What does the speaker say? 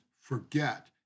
forget